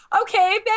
okay